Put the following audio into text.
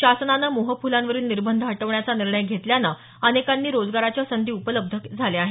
शासनानं मोहफुलांवरील निबंध हटवण्याचा निर्णय घेतल्यान अनेकांना रोजगाराच्या संधी उपलब्ध झाल्या आहेत